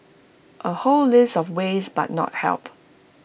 A whole list of ways but not help